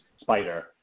spider